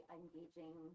engaging